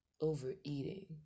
overeating